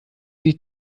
sich